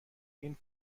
این